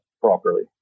properly